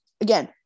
again